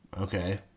okay